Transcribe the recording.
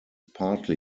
partly